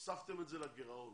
הוספתם את זה לגירעון.